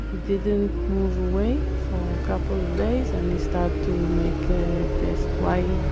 didn't move away for a couple of days, and he start to make ah test why.